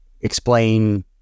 explain